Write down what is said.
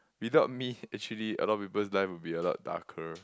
without me actually a lot of people's life will be a lot darker